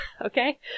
okay